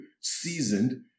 seasoned